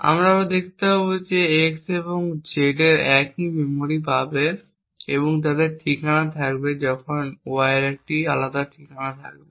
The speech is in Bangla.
আমরা দেখতে পাব যে x এবং z একই মেমরি পাবে এবং একই ঠিকানা থাকবে যখন y এর একটি ঠিকানা আলাদা থাকবে